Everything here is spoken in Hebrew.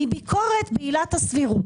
מביקורת עילת הסבירות.